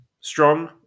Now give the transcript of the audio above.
Strong